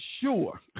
sure